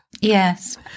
Yes